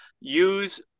use